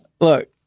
Look